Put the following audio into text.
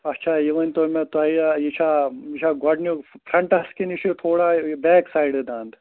اچھا یہِ ؤنۍتو مےٚ تۄہہِ یہِ چھےٚ یہِ چھےٚ گۄڈٕنیُک فرٛٮ۪نٹَس کِنہٕ یہِ چھُ تھوڑا یہِ بیک سایڈٕ دَنٛد